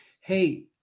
hey